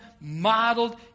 modeled